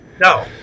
No